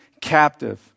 captive